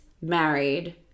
married